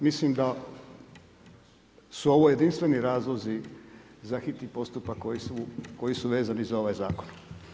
Mislim da su ovo jedinstveni razlozi za hitni postupak koji su vezani za ovaj zakon.